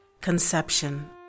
Conception